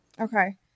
Okay